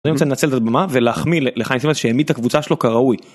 אני רוצה לנצל את הבמה ולהחמיא לחיים שהעמיד את הקבוצה שלו כראוי.